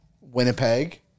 Winnipeg